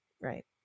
right